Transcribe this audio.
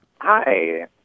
Hi